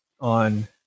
on